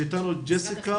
תודה.